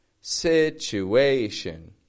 Situation